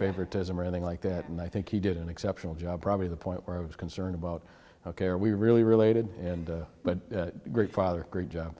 favoritism or anything like that and i think he did an exceptional job probably the point where i was concerned about ok are we really related and but great father great job